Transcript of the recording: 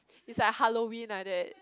is like Halloween like that